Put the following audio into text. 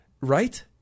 right